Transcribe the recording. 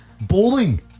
Bowling